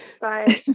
Bye